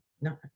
no